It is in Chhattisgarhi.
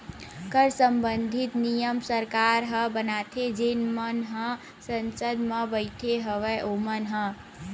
कर संबंधित नियम सरकार ह बनाथे जेन मन ह संसद म बइठे हवय ओमन ह